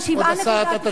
גם 7.9,